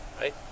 right